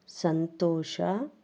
ಸಂತೋಷ